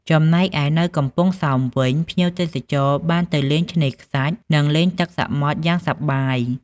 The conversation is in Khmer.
ចំណែកឯនៅកំពង់សោមវិញ ភ្ញៀវទេសចរណ៍បានទៅលេងឆ្នេរខ្សាច់ និងលេងទឹកសមុទ្រយ៉ាងសប្បាយ។